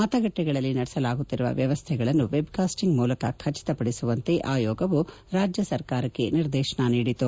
ಮತಗಟ್ಟಿಗಳಲ್ಲಿ ನಡೆಸಲಾಗುತ್ತಿರುವ ವ್ಯವಸ್ತೆಗಳನ್ನು ವೆಬ್ಕಾಸ್ವಿಂಗ್ ಮೂಲಕ ಖಚಿತಪಡಿಸುವಂತೆ ಆಯೋಗವು ರಾಜ್ಯ ಸರ್ಕಾರಕ್ಕೆ ನಿರ್ದೇಶನ ನೀಡಿತು